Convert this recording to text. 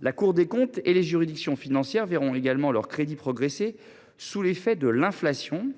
La Cour des comptes et les juridictions financières verront également leurs crédits progresser sous l’effet de l’inflation,